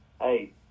hey